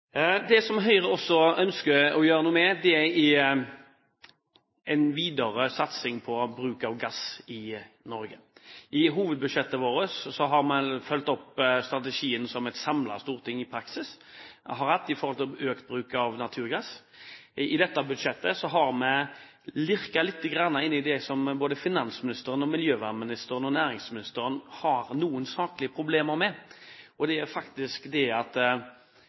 Det som Høyre også ønsker å gjøre noe med, er en videre satsing på bruk av gass i Norge. I hovedbudsjettet vårt har vi fulgt opp strategien som et samlet storting i praksis har hatt for økt bruk av naturgass. I dette budsjettet har vi lirket litt inn i det som både finansministeren, miljøvernministeren og næringsministeren har noen saklige problemer med, og det er faktisk det at